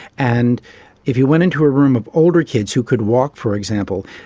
and if you went into a room of older kids who could walk, for example,